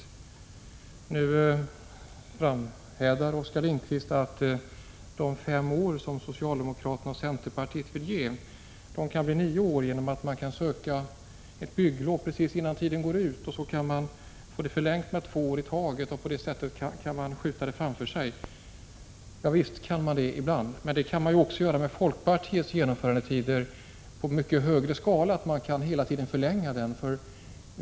Oskar Lindkvist framhärdar nu i sin uppfattning att de fem år som socialdemokraterna och centerpartiet föreslår kan utsträckas till nio år, om man söker ett bygglov strax före genomförandetidens utgång. Härigenom skulle byggrätten förlängas två år i sänder. Ja visst kan man ibland göra det, men så kan också ske, och i mycket större skala, med de genomförandetider som folkpartiet föreslår och som alltid kan förlängas.